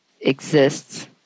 exists